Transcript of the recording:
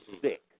sick